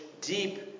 deep